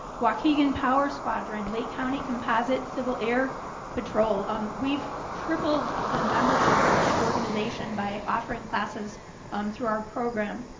waukegan power squadron, lake county composite civil air patrol. um we've tripled the membership in that organization by offering classes um through our program.